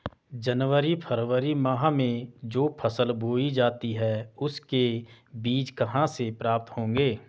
जनवरी फरवरी माह में जो फसल बोई जाती है उसके बीज कहाँ से प्राप्त होंगे?